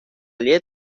llet